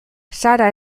sara